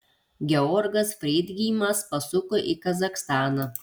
georgas freidgeimas pasuko į kazachstaną